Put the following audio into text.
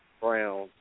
Brown